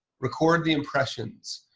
record the impressions.